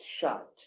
shut